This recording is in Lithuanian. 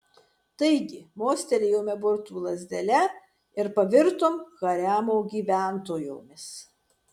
taigi mostelėjome burtų lazdele ir pavirtom haremo gyventojomis